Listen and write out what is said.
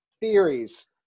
theories